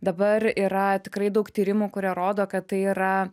dabar yra tikrai daug tyrimų kurie rodo kad tai yra